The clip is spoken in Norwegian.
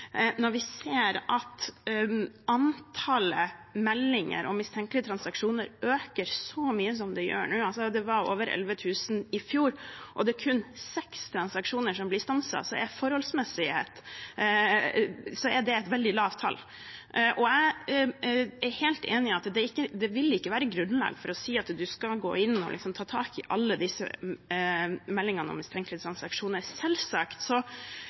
Når vi ser at antallet meldinger om mistenkelige transaksjoner øker så mye som det gjør nå – det var over 11 000 i fjor – og det kun er seks transaksjoner som blir stanset, er det et veldig lavt tall. Jeg er helt enig i at det ikke vil være grunnlag for å si at man skal gå inn og ta tak i alle disse meldingene om mistenkelige transaksjoner. Selvsagt